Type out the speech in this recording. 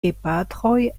gepatroj